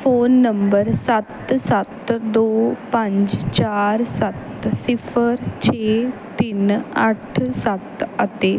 phone number ਸੱਤ ਸੱਤ ਦੋ ਪੰਜ ਚਾਰ ਸੱਤ ਸਿਫ਼ਰ ਛੇ ਤਿੰਨ ਅੱਠ ਸੱਤ ਅਤੇ